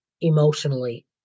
emotionally